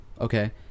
okay